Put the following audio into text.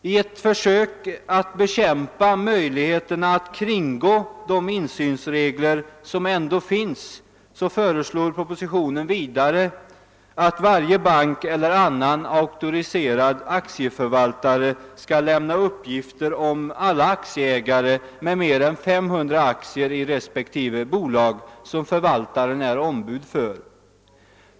I ett försök att bekämpa möjligheterna att kringgå de insynsregler som ändå finns föreslår propositionen vidare att varje bank eller annan auktoriserad aktieförvaltare skall lämna uppgifter om alla aktieägare med mer än 500 aktier i respektive bolag som är registrerade på förvaltaren.